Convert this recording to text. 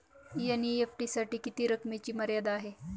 NEFT साठी किती रकमेची मर्यादा आहे?